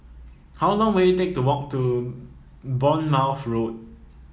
how long will it take to walk to Bournemouth Road